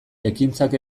ekintzak